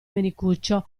menicuccio